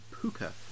Puka